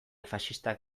faxistak